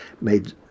made